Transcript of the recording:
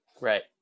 Right